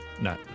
No